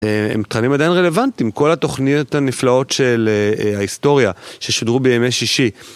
הם תכנים עדיין רלוונטיים, כל התוכנית הנפלאות של ההיסטוריה ששודרו בימי שישי.